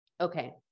okay